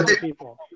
people